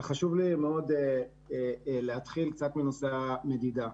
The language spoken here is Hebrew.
אבל חשוב לי מאוד להתחיל בנושא המדידה.